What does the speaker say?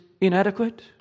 inadequate